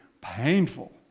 painful